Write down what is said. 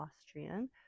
Austrian